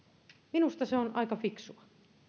minusta se on aika fiksua